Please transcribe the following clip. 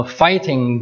fighting